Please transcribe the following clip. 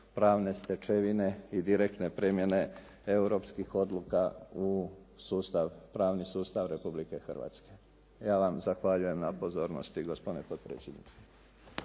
pravne stečevine i direktne primjene europskih odluka u sustav, pravni sustav Republike Hrvatske. Ja vam zahvaljujem na pozornosti gospodine potpredsjedniče.